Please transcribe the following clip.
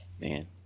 Man